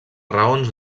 raons